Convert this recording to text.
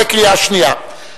בקריאה שנייה.